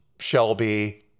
Shelby